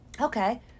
Okay